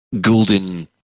golden